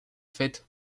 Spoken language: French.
fait